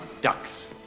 ducks